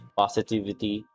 positivity